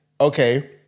okay